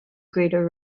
greater